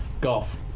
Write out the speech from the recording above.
Golf